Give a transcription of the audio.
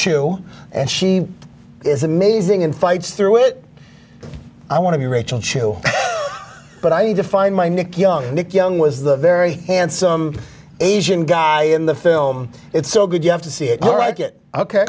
chu and she is amazing and fights through it i want to be rachel chu but i need to find my nick young nick young was the very handsome asian guy in the film it's so good you have to see it more like it ok